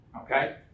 Okay